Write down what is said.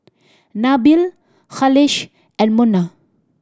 Nabil Khalish and Munah